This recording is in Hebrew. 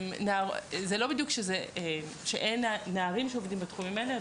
זה לא שאין נערים שעובדים בתחומים האלה,